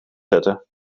zetten